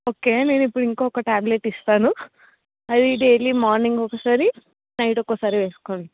okay నేను ఇప్పుడు ఇంకొక టాబ్లెట్ ఇస్తాను అది డైలీ మార్నింగ్ ఒకసారి నైట్ ఒకసారి వేసుకోండి